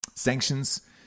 sanctions